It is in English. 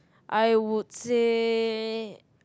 I would say